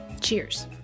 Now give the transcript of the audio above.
Cheers